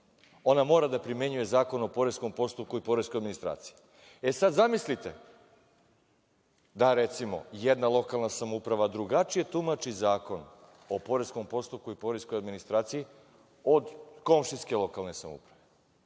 ona mora da primenjuje Zakon o poreskom postupku i poreskoj administraciji.E, sada zamislite da recimo, jedna lokalna samouprava drugačije tumači zakon o poreskom postupku i poreskoj administraciji, od komšijske lokalne samouprave.